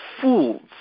fools